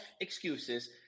excuses